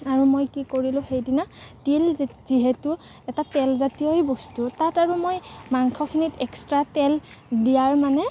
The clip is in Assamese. আৰু মই কি কৰিলো সেইদিনা তিল যি যিহেতু এটা তেলজাতীয়ই বস্তু তাত আৰু মই মাংসখিনিত এক্সট্ৰা তেল দিয়াৰ মানে